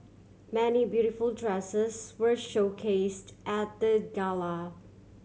many beautiful dresses were showcased at the gala